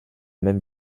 même